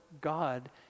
God